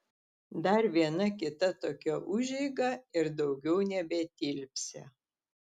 dar viena kita tokia užeiga ir daugiau nebetilpsią